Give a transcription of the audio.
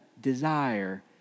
desire